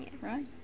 right